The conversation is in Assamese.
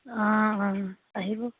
অঁ অঁ আহিব